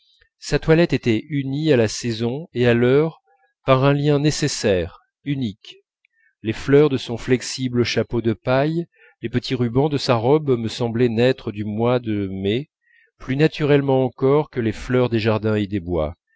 sa toilette était unie à la saison et à l'heure par un lien nécessaire unique les fleurs de son inflexible chapeau de paille les petits rubans de sa robe me semblaient naître du mois de mai plus naturellement encore que les fleurs des jardins et des bois